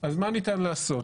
אז מה ניתן לעשות,